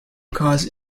cause